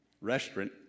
restaurant